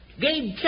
Gabe